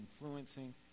influencing